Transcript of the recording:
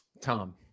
Tom